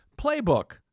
playbook